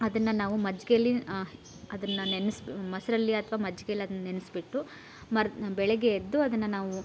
ಅದನ್ನು ನಾವು ಮಜ್ಜಿಗೆಯಲ್ಲಿ ಅದನ್ನು ನೆನೆಸಿ ಮೊಸರಲ್ಲಿ ಅಥ್ವಾ ಮಜ್ಜಿಗೆಯಲ್ ಅದನ್ನು ನೆನೆಸ್ಬಿಟ್ಟು ಮರು ಬೆಳಗ್ಗೆ ಎದ್ದು ಅದನ್ನು ನಾವು